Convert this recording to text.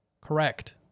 Correct